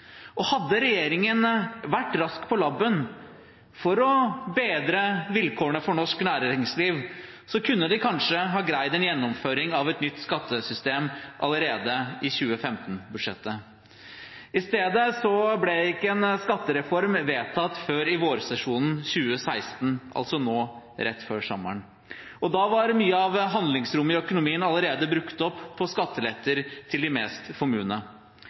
Hadde regjeringen vært rask på labben for å bedre vilkårene for norsk næringsliv, kunne de kanskje ha greid en gjennomføring av et nytt skattesystem allerede i 2015-budsjettet. I stedet ble ikke en skattereform vedtatt før i vårsesjonen 2016, altså nå rett før sommeren, og da var mye av handlingsrommet i økonomien allerede brukt opp på skatteletter til de mest formuende.